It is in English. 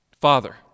Father